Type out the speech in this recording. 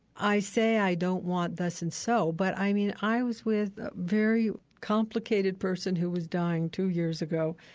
i say i don't want thus and so, but, i mean, i was with a very complicated person who was dying two years ago,